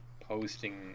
posting